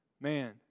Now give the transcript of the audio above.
man